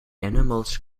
animals